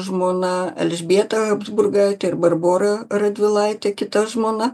žmona elžbieta habsburgaitė ir barbora radvilaitė kita žmona